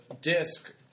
disc